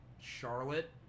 Charlotte